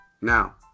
Now